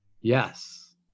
yes